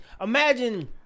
imagine